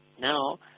now